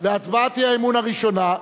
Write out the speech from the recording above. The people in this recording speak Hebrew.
הצבעת האי-אמון הראשונה,